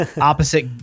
opposite